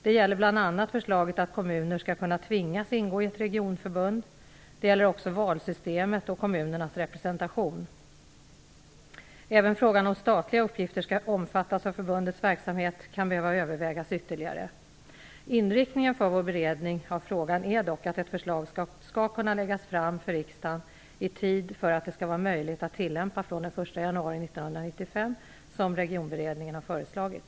Det gäller bl.a. förslaget att kommuner skall kunna tvingas ingå i ett regionförbund. De gäller också valsystemet och kommunernas representation. Även frågan om statliga uppgifter skall omfattas av förbundets verksamhet kan behöva övervägas ytterligare. Inriktningen för vår beredning av frågan är dock att ett förslag skall kunna läggas fram för riksdagen i tid för att det skall vara möjligt att tillämpa från den 1 januari 1995 som Regionberedningen har föreslagit.